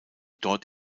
dort